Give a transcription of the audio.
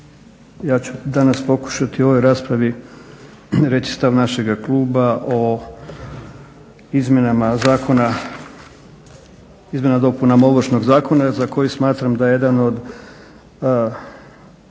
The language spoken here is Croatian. Ja ću danas pokušati u ovoj raspravi reći stav našega kluba o izmjenama i dopunama Ovršnog zakona za koji smatram da je jedan od